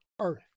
Earth